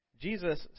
Jesus